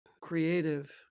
creative